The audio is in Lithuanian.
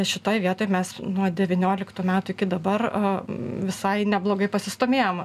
šitoj vietoj mes nuo devynioliktų metų iki dabar visai neblogai pasistūmėjom